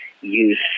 use